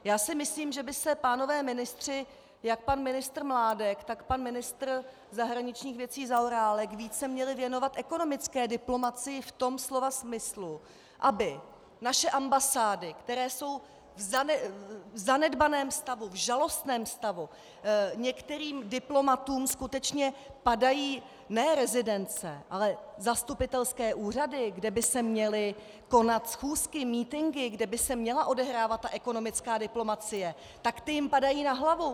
Já si myslím, že by se pánové ministři, jak pan ministr Mládek, tak pan ministr zahraničních věcí Zaorálek, více měli věnovat ekonomické diplomacii v tom slova smyslu, aby naše ambasády, které jsou v zanedbaném stavu, v žalostném stavu, některým diplomatům skutečně padají ne rezidence, ale zastupitelské úřady, kde by se měly konat schůzky, mítinky, kde by se měla odehrávat ta ekonomická diplomacie, tak ty jim padají na hlavu.